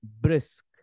brisk